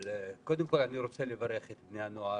אבל קודם כל אני רוצה לברך את בני הנוער,